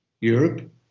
Europe